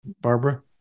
Barbara